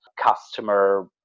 customer